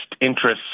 interests